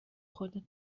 خودت